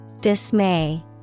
Dismay